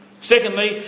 Secondly